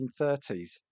1930s